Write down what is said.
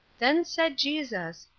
then said jesus,